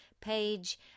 page